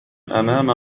أمام